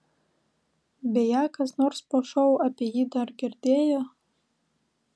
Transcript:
beje kas nors po šou apie jį dar girdėjo